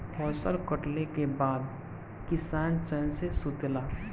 फसल कटले के बाद किसान चैन से सुतेला